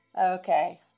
Okay